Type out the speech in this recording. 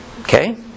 Okay